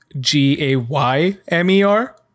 g-a-y-m-e-r